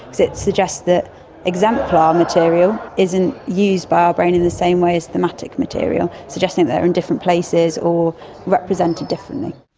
because it suggests that exemplar material isn't used by our brain in the same way as thematic material, suggesting that they are in different places or represented differently.